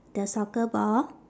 the soccer ball